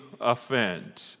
offend